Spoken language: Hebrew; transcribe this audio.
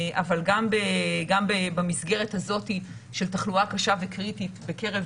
אבל גם במסגרת הזאת של תחלואה קשה וקריטית בקרב